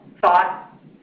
thought